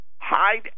hide